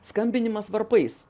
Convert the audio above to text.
skambinimas varpais